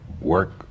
work